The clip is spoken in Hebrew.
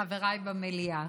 חבריי במליאה,